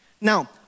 Now